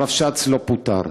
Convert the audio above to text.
הרבש"ץ לא פוטר.